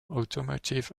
automotive